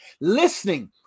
Listening